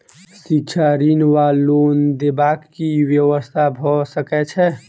शिक्षा ऋण वा लोन देबाक की व्यवस्था भऽ सकै छै?